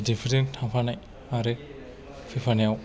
गिदिरफोरजों थांफानाय आरो फैफानायाव